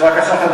בבקשה,